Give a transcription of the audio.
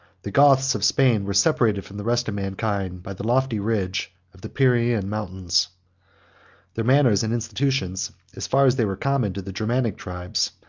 the goths of spain were separated from the rest of mankind by the lofty ridge of the pyrenaean mountains their manners and institutions, as far as they were common to the germanic tribes,